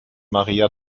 maria